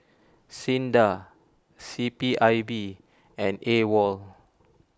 Sinda C P I B and Awol